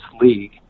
league